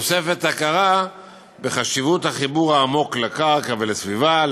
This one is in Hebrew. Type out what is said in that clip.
בתוספת הכרה בחשיבות החיבור העמוק לקרקע ולסביבה,